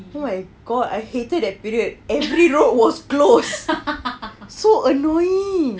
oh my god I hated that period every road was closed so annoying